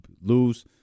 lose